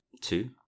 two